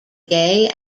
gay